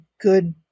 good